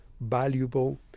valuable